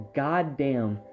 goddamn